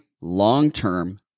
long-term